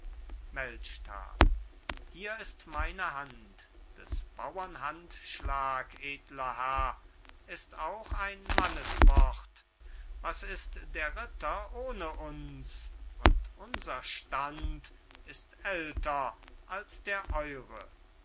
hier ist meine hand des bauern handschlag edler herr ist auch ein manneswort was ist der ritter ohne uns und unser stand ist älter als der eure